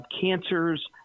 cancers